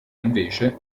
invece